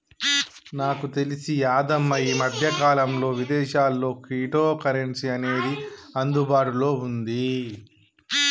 నాకు తెలిసి యాదమ్మ ఈ మధ్యకాలంలో విదేశాల్లో క్విటో కరెన్సీ అనేది అందుబాటులో ఉంది